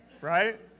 right